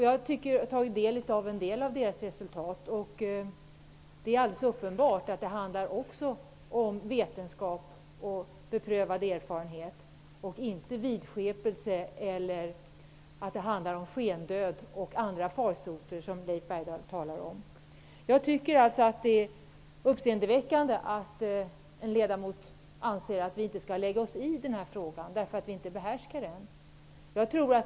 Jag har tagit del av en del av deras resultat. Det är alldeles uppenbart att det handlar om vetenskap och beprövad erfarenhet och inte om vidskepelse som t.ex. skendöd eller andra farsoter som Leif Bergdahl talade om. Det är uppseendeväckande att en ledamot anser att vi inte skall lägga oss i denna fråga därför att vi inte behärskar den.